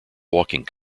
walking